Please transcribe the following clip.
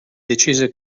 decise